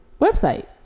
website